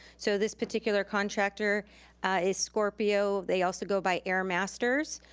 so this particular contractor is scorpio. they also go by airemasters.